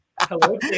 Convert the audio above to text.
hello